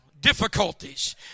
difficulties